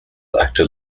actor